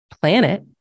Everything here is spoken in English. planet